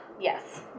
yes